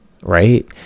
right